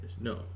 No